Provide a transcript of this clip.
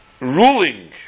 ruling